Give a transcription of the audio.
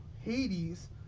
Hades